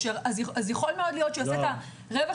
אז יכול מאוד להיות שהוא יעשה את השיקול של הרווח